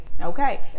okay